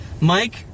Mike